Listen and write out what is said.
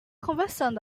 conversando